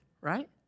right